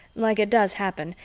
like it does happen,